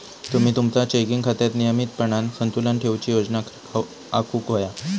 तुम्ही तुमचा चेकिंग खात्यात नियमितपणान संतुलन ठेवूची योजना आखुक व्हया